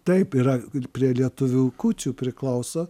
taip yra ir prie lietuvių kūčių priklauso